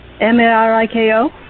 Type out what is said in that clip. M-A-R-I-K-O